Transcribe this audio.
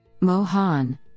Mohan